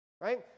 right